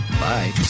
Bye